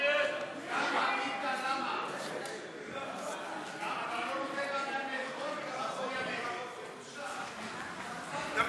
ההצעה להסיר מסדר-היום את הצעת חוק הכשרות המשפטית והאפוטרופסות (תיקון,